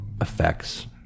effects